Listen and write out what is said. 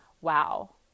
wow